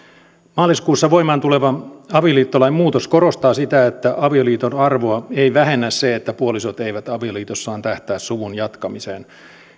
maaliskuussa voimaan tuleva avioliittolain muutos korostaa sitä että avioliiton arvoa ei vähennä se että puolisot eivät avioliitossaan tähtää suvun jatkamiseen